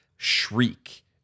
shriek